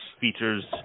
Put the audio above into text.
features